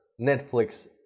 Netflix